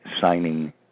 signing